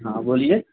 ہاں بولیے